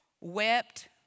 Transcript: wept